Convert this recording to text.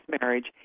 marriage